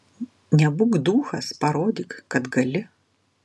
nebūk duchas parodyk kad gali